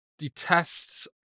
detests